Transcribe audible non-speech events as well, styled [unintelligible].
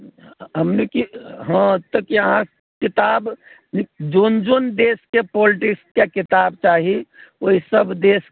[unintelligible] हँ तऽ कि अहाँ किताब जोन जोन देशके पोल्टिक्सके किताब चाही ओहि सभ देश